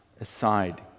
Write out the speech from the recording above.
aside